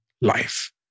life